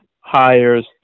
hires